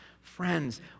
Friends